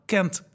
Kent